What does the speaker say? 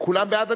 כולם בעד.